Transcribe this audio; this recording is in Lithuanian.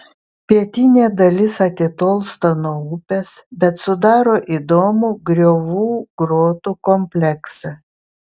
pietinė dalis atitolsta nuo upės bet sudaro įdomų griovų grotų kompleksą